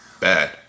bad